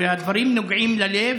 והדברים נוגעים ללב.